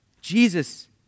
Jesus